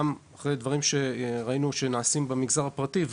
גם אחרי דברים שראינו שנעשים במגזר הפרטי,